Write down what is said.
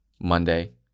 Monday